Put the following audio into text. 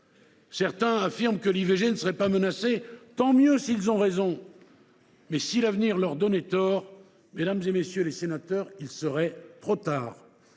Certains affirment que l’IVG ne serait pas menacée. Tant mieux s’ils ont raison, mais, si l’avenir leur donnait tort, mesdames, messieurs les sénateurs, il serait trop tard